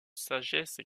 sagesse